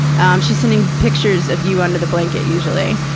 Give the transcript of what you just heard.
um she's sending pictures of you under the blanket, usually.